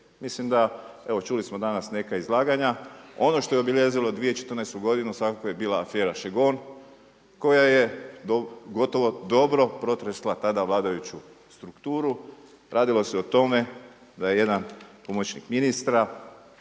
Mislim da, evo čuli smo danas neka izlaganja ono što je obilježilo 2014. godinu svakako je bila afera Šegon koja je gotovo dobro protresla tada vladajuću strukturu. Radilo se o tome da je jedan pomoćnik ministra